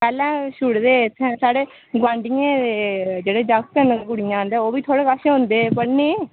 पैह्लें छुड़ै दे हे इत्थै साढे गोआंढियें दे जेह्ड़े जागत हैन कुड़ियां ते ओह् बी थुआढ़े कश औंदे पढ़ने ई